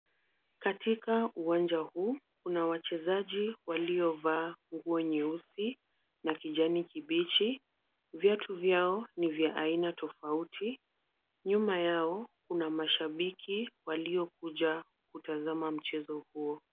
Katika uwanja huu kuna wachezaji waliovaa nguo nyeusi na kijani kibichi, viatu vyao ni vya aina tofauti, nyuma yao kuna mashabiki waliokuja kutazama mchezo huo.